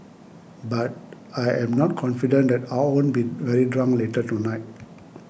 but I'm not confident that I won't be very drunk later tonight